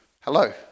Hello